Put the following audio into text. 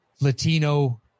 Latino